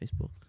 Facebook